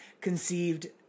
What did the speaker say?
conceived